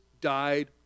died